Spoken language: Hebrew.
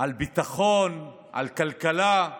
על ביטחון, על כלכלה.